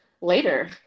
later